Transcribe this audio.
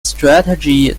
strategy